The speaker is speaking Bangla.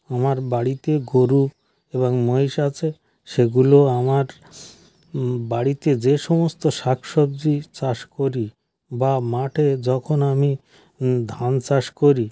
আমার বাড়িতে গরু এবং মহিষ আছে সেগুলো আমার বাড়িতে যে সমস্ত শাকসবজি চাষ করি বা মাঠে যখন আমি ধান চাষ করি